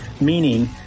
meaning